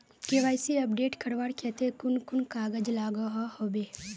KYC update करवार केते कुन कुन कागज लागोहो होबे?